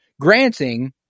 granting